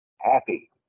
happy